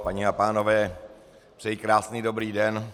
Paní a pánové, přeji krásný dobrý den.